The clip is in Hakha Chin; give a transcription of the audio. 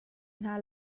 hna